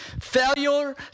Failure